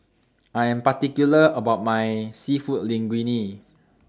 I Am particular about My Seafood Linguine